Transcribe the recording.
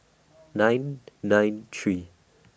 nine nine three